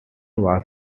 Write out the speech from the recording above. was